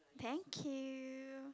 thank you